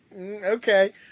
Okay